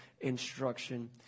instruction